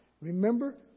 Remember